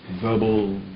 verbal